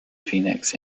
phoenix